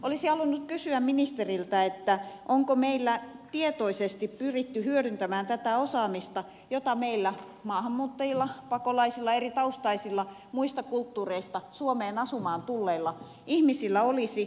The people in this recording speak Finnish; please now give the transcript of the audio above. olisin halunnut kysyä ministeriltä onko meillä tietoisesti pyritty hyödyntämään tätä osaamista jota meillä maahanmuuttajilla pakolaisilla eritaustaisilla muista kulttuureista suomeen asumaan tulleilla ihmisillä olisi